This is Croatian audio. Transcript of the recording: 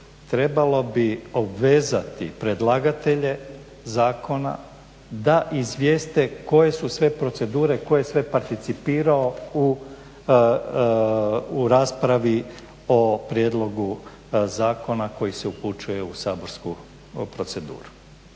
174.trebalo bi obvezati predlagatelje zakona da izvijeste koje su sve procedure tko je sve participirao u raspravi o prijedlogu zakona koji se upućuje u saborsku proceduru.